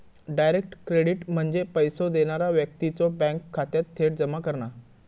direct credit म्हणजे पैसो देणारा व्यक्तीच्यो बँक खात्यात थेट जमा करणा